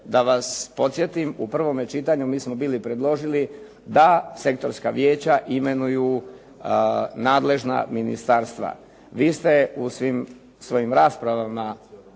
da vas podsjetim u prvome čitanju mi smo bili predložili da sektorska vijeća imenuju nadležna ministarstva. Vi ste u svim svojim raspravama